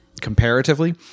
comparatively